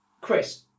Chris